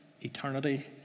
eternity